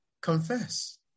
confess